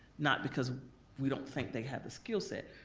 not because we don't think they have the skillset,